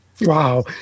Wow